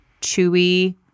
Chewy